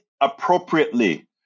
appropriately